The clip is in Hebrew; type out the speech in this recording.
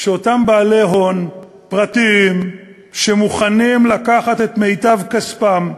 שאותם בעלי הון פרטיים שמוכנים לקחת את מיטב כספם,